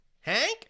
Hank